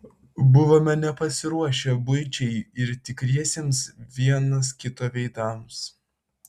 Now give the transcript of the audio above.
buvome nepasiruošę buičiai ir tikriesiems vienas kito veidams